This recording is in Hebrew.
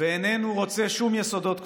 ואיננו רוצה שום יסודות קבועים,